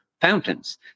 fountains